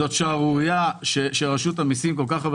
ואמרו שזאת שערורייה שוועדת הכספים כל כך הרבה